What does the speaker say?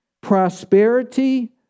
Prosperity